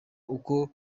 uko